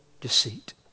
deceit